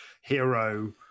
hero